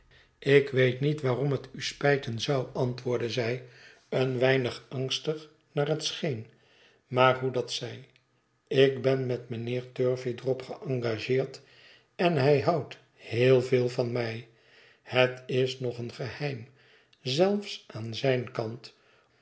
ik weet niet waarom het u spijten zou antwoordde zij een weinig angstig naar het scheen maar hoe dat zij ik ben met mijnheer turyeydrop geëngageerd en hij houdt heel veel van mij het is nog een geheim zelfs aan zijn kant